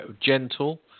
gentle